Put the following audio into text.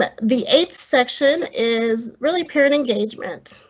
but the apes section is really parent engagement,